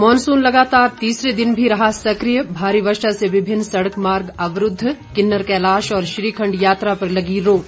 monsoon लगातार तीसरे दिन भी रहा सक्रिय भारी वर्षा से विभिन्न सड़क मार्ग अवरूद्ध किन्नर कैलाश और श्रीखंड यात्रा पर लगी रोक